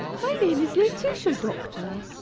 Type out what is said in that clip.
my name is laetitia, doctor.